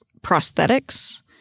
prosthetics